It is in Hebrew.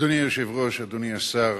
אדוני היושב-ראש, אדוני השר,